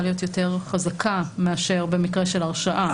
להיות יותר חזקה מאשר במקרה של הרשעה.